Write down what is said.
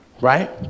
Right